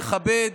מכבד,